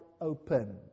open